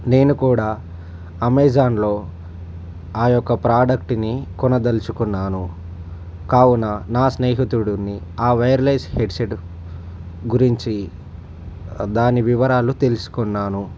నేను కూడా అమెజాన్లో ఆ యొక్క ప్రాడక్ట్ని కొనదల్చుకున్నాను కావున నా స్నేహితుడుని ఆ వైర్లెస్ హెడ్సెట్ గురించి దాని వివరాలు తెలుసుకున్నాను